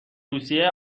روسیه